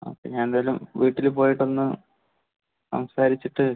okay ഞാൻ എന്തായാലും വീട്ടില് പോയിട്ട് ഒന്ന് സംസാരിച്ചിട്ട്